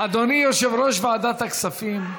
אדוני יושב-ראש ועדת הכספים,